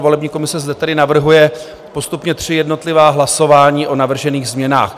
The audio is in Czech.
Volební komise zde tedy navrhuje postupně tři jednotlivá hlasování o navržených změnách.